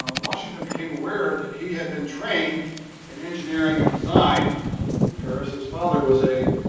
washington became aware that he had been trained in engineering and design in paris. his father was a,